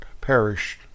perished